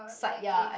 as psych ya